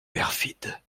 perfide